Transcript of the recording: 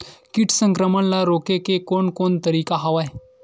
कीट संक्रमण ल रोके के कोन कोन तरीका हवय?